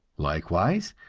likewise,